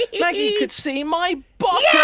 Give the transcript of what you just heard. maggie could see my bottom.